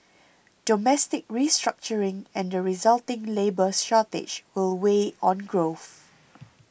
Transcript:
domestic restructuring and the resulting labour shortage will weigh on growth